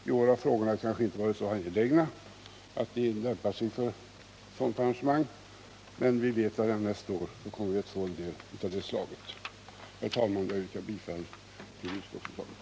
I år har frågorna kanske inte varit så angelägna att de lämpat sig för ett sådant arrangemang, men vi vet att vi redan nästa år kommer att få en hel del viktiga frågor. Herr talman! Jag yrkar bifall till utskottets hemställan.